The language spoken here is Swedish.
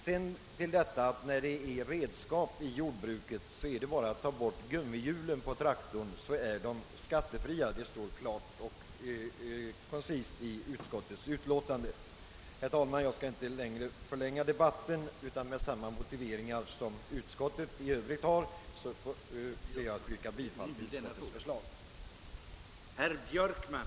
Beträffande redskap i jordbruket gäller sådana bestämmelser att om man tar bort gummihjulen på traktorn blir den skattefri, något som också klart och koncist framhållits i utskottets utlåtande. Herr talman! Jag skall inte ytterligare förlänga debatten, utan med hänvisning till utskottets motivering i övrigt ber jag att få yrka bifall till utskottets hemställan.